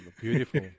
Beautiful